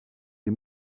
des